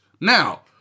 Now